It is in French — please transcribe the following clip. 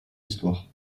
histoires